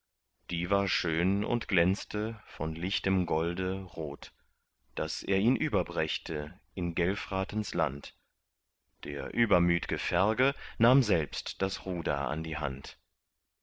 die war schön und glänzte von lichtem golde rot daß er ihn überbrächte in gelfratens land der übermütge ferge nahm selbst das ruder an die hand